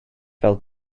fel